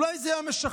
אולי זה היה משכנע.